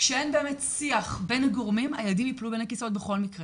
כשאין באמת שיח בין הגורמים הילדים יפלו בין הכיסאות בכל מקרה